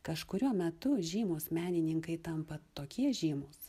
kažkuriuo metu žymūs menininkai tampa tokie žymūs